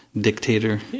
dictator